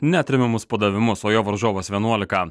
neatremiamus padavimus o jo varžovas vienuolika